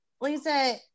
Lisa